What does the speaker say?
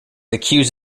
accused